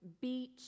beach